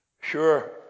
Sure